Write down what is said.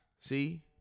See